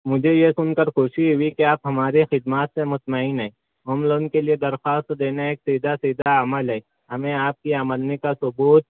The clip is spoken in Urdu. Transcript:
مجھے یہ سن کر خوشی ہوئی کہ آپ ہمارے خدمات سے مطمئن ہیں ہوم لون کے لیے درخواست دینا ایک سیدھا سیدھا عمل ہے ہمیں آپ کی آمدنی کا ثبوت